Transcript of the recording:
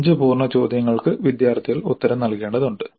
5 പൂർണ്ണ ചോദ്യങ്ങൾക്ക് വിദ്യാർത്ഥികൾ ഉത്തരം നൽകേണ്ടതുണ്ട്